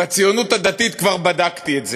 בציונות הדתית כבר בדקתי את זה,